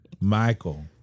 Michael